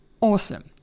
awesome